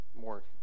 more